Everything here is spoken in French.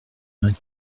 vingt